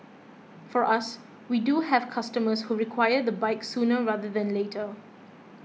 for us we do have customers who require the bike sooner rather than later